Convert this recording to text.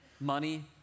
money